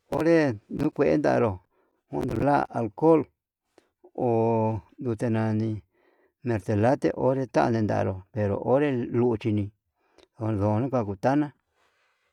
Onre ndukuentanró, kunra alcohol ho ndute nani nercelate onre tane ndaró pero onré nduchi nii komndu nikua kuu tana.